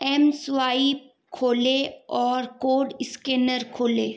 M swipe खोलें और code scanner खोलें